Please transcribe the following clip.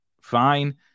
Fine